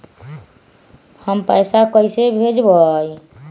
हम पैसा कईसे भेजबई?